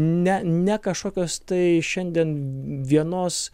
ne ne kažkokios tai šiandien vienos